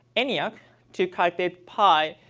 eniac, to calculate pi.